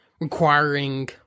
requiring